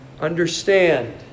understand